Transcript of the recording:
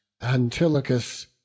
antilochus